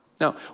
Now